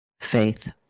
faith